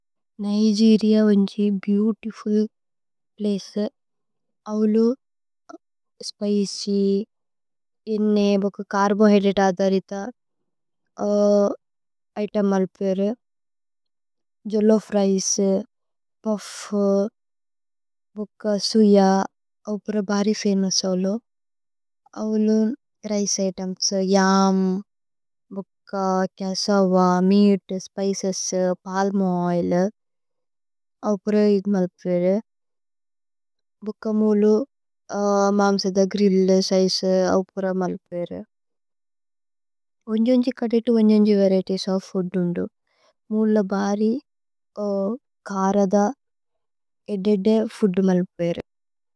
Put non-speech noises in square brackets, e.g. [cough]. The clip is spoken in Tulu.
Nigeria is a beautiful place it is famous for. It's [hesitation] spicy oily and carbohydrate. Rich food jollof rice, puff, suya etc are very. Famous jollof rice is famous for its rice items. Like yam, puff, cassava, meat, spices, palm oil. Each puff is famous for its grilled meat there. Are varieties of food in each shop ഭരി। Karada and edede are famous for their food.